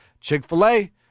Chick-fil-A